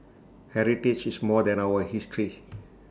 heritage is more than our history